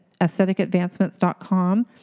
aestheticadvancements.com